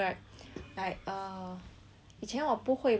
以前我不会 mah so 我会 like 放一成